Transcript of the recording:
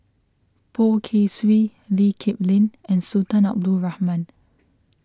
Poh Kay Swee Lee Kip Lin and Sultan Abdul Rahman